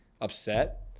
upset